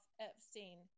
Epstein